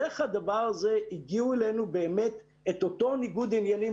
דרך הדבר הזה הגיעו אלינו באמת אותו ניגוד עניינים